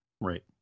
Right